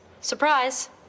Surprise